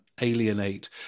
alienate